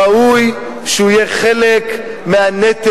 ראוי שהוא יהיה חלק מהנטל,